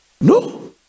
No